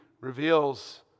reveals